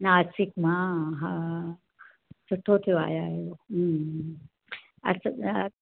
नासिक मां हा सुठो थियो आया आहियो हम्म असां जा